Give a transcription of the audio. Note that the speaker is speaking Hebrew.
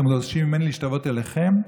אתם דורשים ממני להשתוות אליכם?